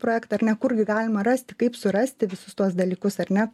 projektą ar ne kurgi galima rasti kaip surasti visus tuos dalykus ar ne